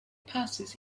passes